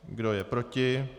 Kdo je proti?